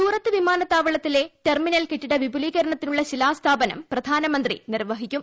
സുറത്ത് വിമാനത്താവളത്തിലെ ടെർമിനൽ കെട്ടിട വിപുലീകരണത്തിനുള്ള ശിലാസ്ഥാപനം പ്രധാനമന്ത്രി ഇന്ന് നിർവഹിക്കും